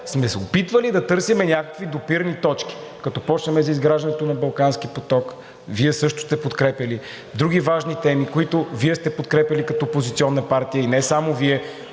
сме се опитвали да търсим някакви допирни точки. Като започнем от изграждането на Балкански поток, Вие също сте подкрепяли, други важни теми, които Вие сте подкрепяли като опозиционна партия, и не само Вие.